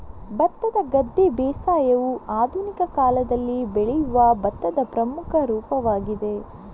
ಭತ್ತದ ಗದ್ದೆ ಬೇಸಾಯವು ಆಧುನಿಕ ಕಾಲದಲ್ಲಿ ಬೆಳೆಯುವ ಭತ್ತದ ಪ್ರಮುಖ ರೂಪವಾಗಿದೆ